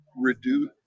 reduce